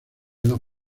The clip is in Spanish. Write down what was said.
dos